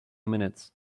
minutes